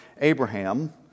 Abraham